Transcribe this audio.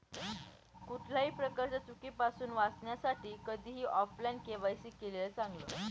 कुठल्याही प्रकारच्या चुकीपासुन वाचण्यासाठी कधीही ऑफलाइन के.वाय.सी केलेलं चांगल